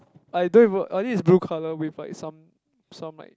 I don't even uh I think it's blue colour with like some some like